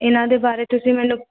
ਇਨ੍ਹਾਂ ਦੇ ਬਾਰੇ ਤੁਸੀਂ ਮੈਨੂੰ